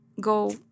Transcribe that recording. go